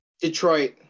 Detroit